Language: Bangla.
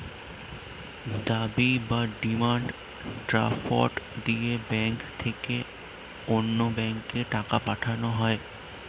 দাবি বা ডিমান্ড ড্রাফট দিয়ে ব্যাংক থেকে অন্য ব্যাংকে টাকা পাঠানো হয়